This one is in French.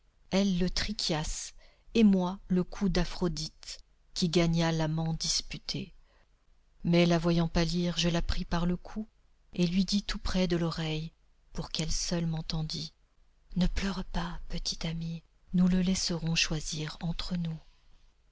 elle le trikhias et moi le coup d'aphroditê qui gagna l'amant disputé mais la voyant pâlir je la pris par le cou et je lui dis tout près de l'oreille pour qu'elle seule m'entendit ne pleure pas petite amie nous le laisserons choisir entre nous